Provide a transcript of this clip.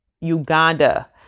Uganda